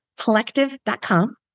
collective.com